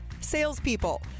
Salespeople